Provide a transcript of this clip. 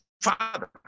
father